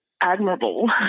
admirable